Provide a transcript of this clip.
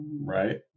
Right